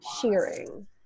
shearing